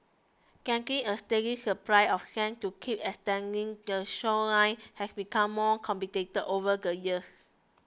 getting a steady supply of sand to keep extending the shoreline has become more complicated over the years